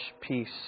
peace